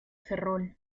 ferrol